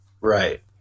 Right